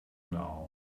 now